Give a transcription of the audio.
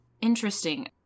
Interesting